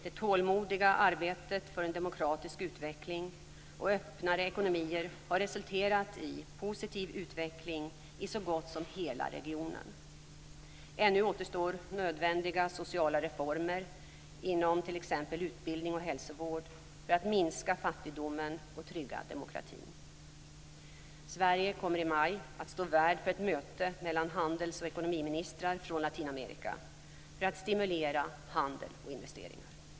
Det tålmodiga arbetet för en demokratisk utveckling och öppnare ekonomier har resulterat i en positiv utveckling i så gott som hela regionen. Ännu återstår nödvändiga sociala reformer inom t.ex. utbildning och hälsovård för att minska fattigdomen och trygga demokratin. Sverige kommer i maj att stå värd för ett möte mellan handels och ekonomiministrar från Latinamerika för att stimulera handel och investeringar.